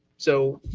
so,